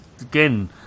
again